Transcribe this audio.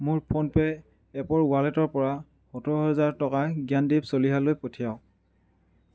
মোৰ ফোনপে' এপৰ ৱালেটৰ পৰা সত্তৰ হাজাৰ টকা জ্ঞানদীপ চলিহালৈ পঠিয়াওক